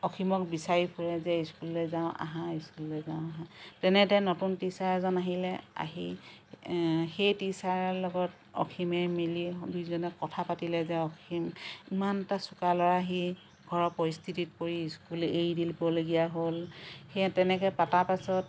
অসীমক বিচাৰি ফুৰে যে স্কুললে যাওঁ আহাঁ স্কুললে যাওঁ আহাঁ তেনেতে নতুন টিচাৰ এজন আহিলে আহি সেই টিচাৰৰ লগত অসীমে মিলি দুইজনে কথা পাতিলে যে অসীম ইমান এটা চোকা ল'ৰা সি ঘৰৰ পৰিস্থিতিত পৰি স্কুল এৰি দিবলগীয়া হ'ল সেয়া তেনেকে পতা পাছত